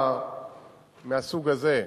מהסוג הזה.